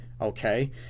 Okay